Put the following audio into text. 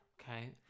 Okay